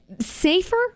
Safer